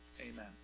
amen